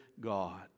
God